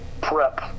prep